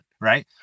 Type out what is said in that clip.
Right